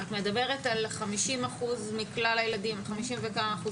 את מדברת על 50% מכלל הילדים המשולבים,